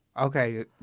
okay